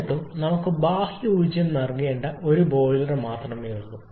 എന്നിട്ടും നമുക്ക് ബാഹ്യ ഊർജ്ജം നൽകേണ്ട ഒരു ബോയിലർ മാത്രമേയുള്ളൂ